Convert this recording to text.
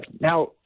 Now